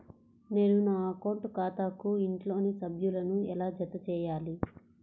నేను నా అకౌంట్ ఖాతాకు ఇంట్లోని సభ్యులను ఎలా జతచేయాలి?